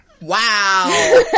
Wow